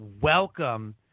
welcome